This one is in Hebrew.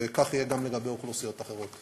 וכך יהיה גם לגבי אוכלוסיות אחרות.